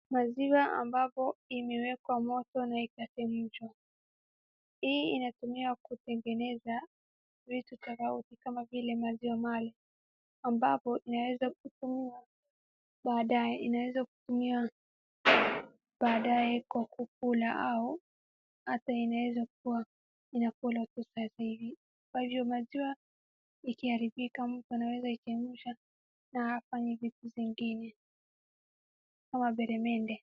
Maziwa ambapo imewekwa moto na ikachemshwa. Hii inatumiwa kutengeneza vitu tofauti kama vile maziwa mala, ambapo inaweza kutumiwa baadaye. Inaweza kutumiwa baadaye kwa kukula au hata inaweza kuwa inakula tu sasa hivi. Kwa hivyo, maziwa ikiharibika mtu anaweza ikachemsha na akafanya vitu zingine kama beremende.